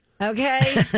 Okay